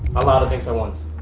a lot of things at once?